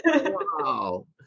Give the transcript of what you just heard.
Wow